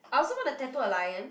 I also want to tattoo a lion